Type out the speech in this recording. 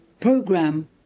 program